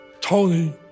Tony